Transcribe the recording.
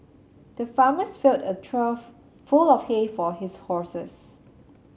the farmer filled a trough full of hay for his horses